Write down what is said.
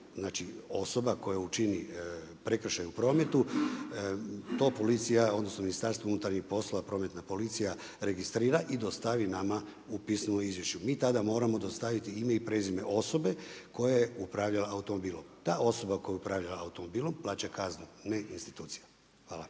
znači osoba koja učini prekršaj u prometu, to policija, odnosno Ministarstvo unutarnjih poslova, prometna policija registrira i dostavi nama u pismenom izvješću. Mi tada moramo dostaviti ime i prezime osobe koja je upravljala automobilom. Ta osoba koja je upravljala automobilom plaća kaznu, ne institucija. Hvala.